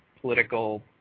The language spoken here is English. political